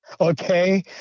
Okay